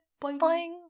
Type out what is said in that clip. Boing